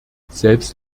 selbst